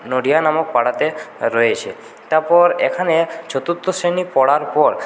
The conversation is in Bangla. নডিহা নামক পাড়াতে রয়েছে তারপর এখানে চতুর্থ শ্রেণী পড়ার পর